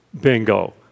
Bingo